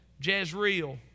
Jezreel